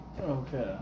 Okay